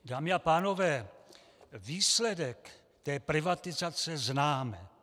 Dámy a pánové, výsledek privatizace známe.